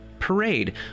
Parade